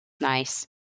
nice